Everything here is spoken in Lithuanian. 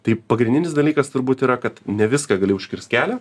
tai pagrindinis dalykas turbūt yra kad ne viską gali užkirst kelią